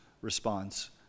response